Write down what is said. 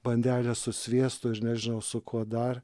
bandelę su sviestu aš nežinau su kuo dar